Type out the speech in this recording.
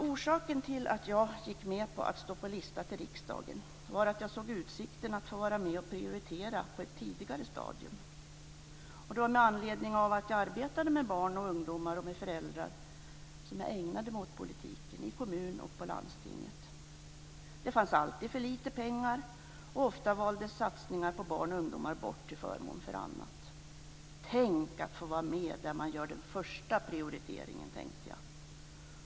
Orsaken till att jag gick med på att stå på listan till riksdagen var att jag såg utsikten att få vara med och prioritera på ett tidigare stadium. Det var med anledning av att jag arbetade med barn, ungdomar och föräldrar som jag ägnade mig åt politiken i kommun och på landstinget. Det fanns alltid för lite pengar, och ofta valdes satsningar för barn och ungdomar bort till förmån för annat. Tänkt att få vara med när man gör den första prioriteringen! tänkte jag.